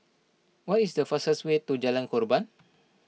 what is the fastest way to Jalan Korban